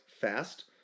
fast